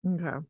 Okay